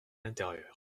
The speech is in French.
l’intérieur